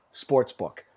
sportsbook